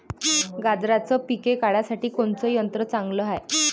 गांजराचं पिके काढासाठी कोनचे यंत्र चांगले हाय?